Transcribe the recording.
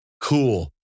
Cool